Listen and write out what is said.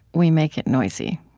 we make it noisy.